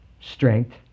strength